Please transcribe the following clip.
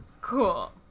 Cool